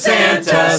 Santa